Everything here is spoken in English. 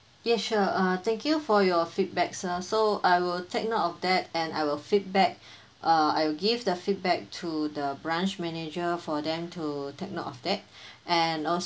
yes sure err thank you for your feedback sir so I will take note of that and I will feedback err I will give the feedback to the branch manager for them to take note of that and also